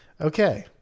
Okay